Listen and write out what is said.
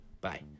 bye